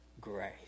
grace